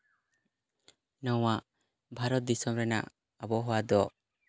ᱱᱚᱣᱟ ᱵᱷᱟᱨᱚᱛ ᱫᱤᱥᱚᱢ ᱨᱮᱱᱟᱜ ᱟᱵᱚ ᱦᱟᱣᱟ ᱫᱚ